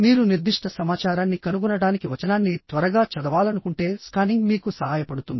మీరు నిర్దిష్ట సమాచారాన్ని కనుగొనడానికి వచనాన్ని త్వరగా చదవాలనుకుంటే స్కానింగ్ మీకు సహాయపడుతుంది